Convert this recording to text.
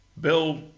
Bill